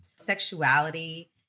sexuality